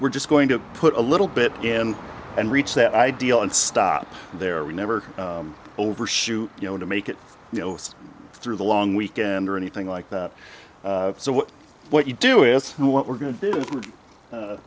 we're just going to put a little bit in and reach that ideal and stop there we never overshoot you know to make it you know it's through the long weekend or anything like that so what you do is what we're going to do